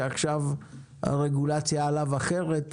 שעכשיו הרגולציה עליו אחרת,